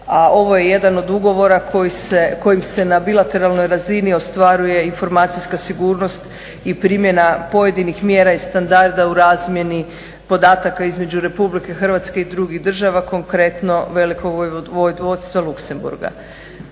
a ovo je jedan od ugovora kojim se na bilateralnoj razini ostvaruje informacijska sigurnost i primjena pojedinih mjera i standarda u razmjeni podataka između RH i drugih država konkretno Velikog Vojvodstva Luxeboruga.